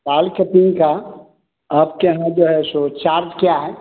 बाल कटिंग का आपके यहाँ जो है सो चार्ज क्या है